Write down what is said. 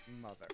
mother